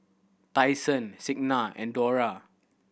Tyson Signa and Dora